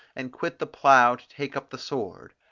and quit the plough to take up the sword.